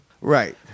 Right